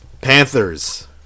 Panthers